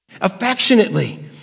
affectionately